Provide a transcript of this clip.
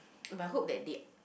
but I hope that they